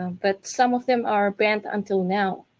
but some of them are banned until now.